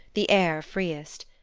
the air freest.